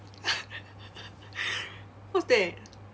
what's that